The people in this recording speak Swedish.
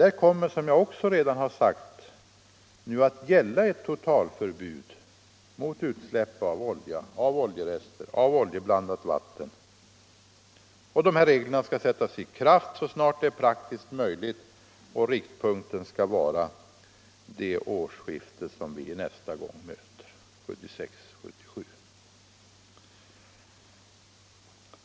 Där kommer, som jag också redan har sagt, att gälla ett totalförbud mot utsläpp av olja, oljerester, oljeblandat vatten etc. Dessa regler skall träda i kraft så snart det är praktiskt möjligt. Riktpunkten skall vara att det skall kunna ske vid årsskiftet 1976-1977.